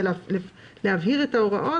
להבהיר את ההוראות,